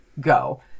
go